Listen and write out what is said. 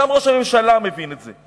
גם ראש הממשלה מבין את זה,